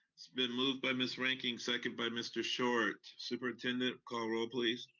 it's been moved by miss reinking, second by mr. short. superintendent, call roll please?